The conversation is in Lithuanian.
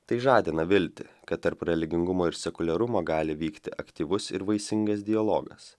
tai žadina viltį kad tarp religingumo ir sekuliarumo gali vykti aktyvus ir vaisingas dialogas